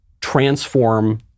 transform